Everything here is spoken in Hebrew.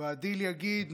והדיל יגיד,